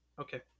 Okay